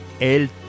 El